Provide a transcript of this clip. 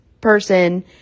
person